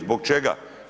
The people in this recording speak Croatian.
Zbog čega?